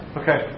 okay